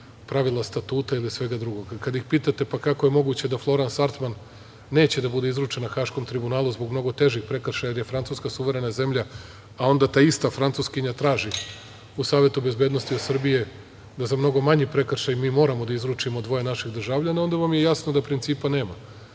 pravila statuta ili svega drugog. Kada ih pitate - kako je moguće da Florans Artman neće da bude izručena Haškom tribunalu zbog mnogo težih prekršaja, jer je Francuska suverena zemlja, a onda ta ista Francuskinja traži u Savetu bezbednosti od Srbije da za mnogo manji prekršaj mi moramo da izručimo dvoje naših državljana, onda vam je jasno da principa nema. Šta